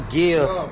give